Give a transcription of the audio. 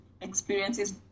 experiences